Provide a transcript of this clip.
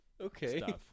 Okay